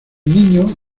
niño